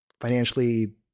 Financially